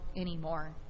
anymore